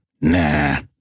Nah